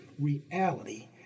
Reality